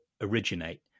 originate